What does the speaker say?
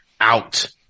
out